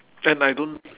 and I don't